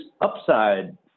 upside